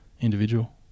individual